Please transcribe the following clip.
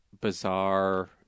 bizarre